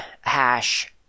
hash